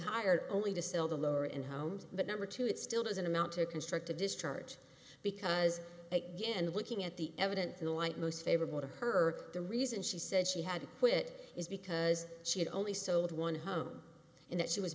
hired only to sell the lower end homes the number two it still doesn't amount to construct a discharge because again and looking at the evidence in the white most favorable to her the reason she said she had to quit is because she had only sold one home and that she was